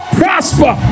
prosper